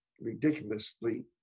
ridiculously